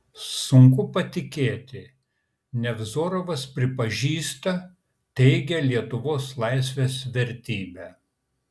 sunku patikėti nevzorovas pripažįsta teigia lietuvos laisvės vertybę